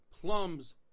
plums